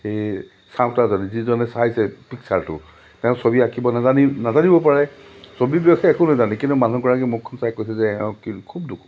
এই চাওঁতাজনে যিজনে চাইছে পিক্সাৰটো তেওঁ ছবি আঁকিব নাজানি নাজানিবও পাৰে ছবি বিষয়ে একো নাজানে কিন্তু মানুহগৰাকী মুখখন চাই কৈছে যে এওঁৰ কি খুব দুখ